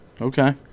Okay